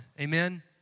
Amen